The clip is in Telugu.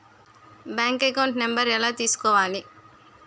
బ్యాంక్ అకౌంట్ నంబర్ ఎలా తీసుకోవాలి?